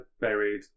buried